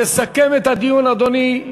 יסכם את הדיון אדוני,